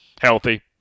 healthy